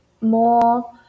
more